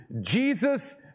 Jesus